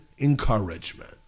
encouragement